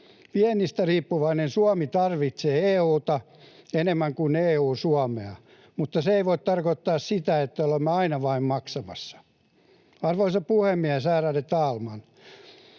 Viennistä riippuvainen Suomi tarvitsee EU:ta enemmän kuin EU Suomea, mutta se ei voi tarkoittaa sitä, että olemme aina vain maksamassa. Arvoisa puhemies, ärade talman!